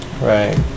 Right